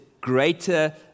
greater